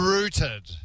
Rooted